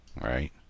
right